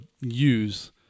use